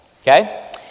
Okay